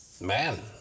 man